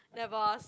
never ask